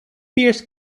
pierce